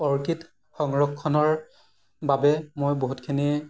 orchid সংৰক্ষণৰ বাবে মই বহুতখিনি